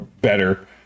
better